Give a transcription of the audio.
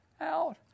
out